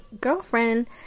girlfriend